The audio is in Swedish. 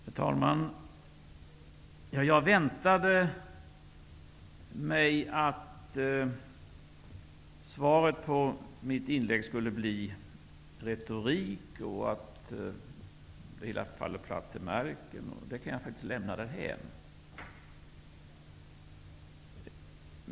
Herr talman! Jag väntade mig att svaret på mitt inlägg skulle bli retorik och att det skulle sägas att det hela faller platt till marken. Det kan jag faktiskt lämna därhän.